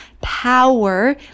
power